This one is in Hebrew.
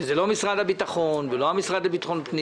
שזה לא משרד הביטחון, שזה לא המשרד לביטחון פנים,